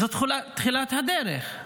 זאת תחילת הדרך.